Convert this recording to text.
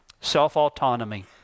self-autonomy